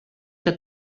que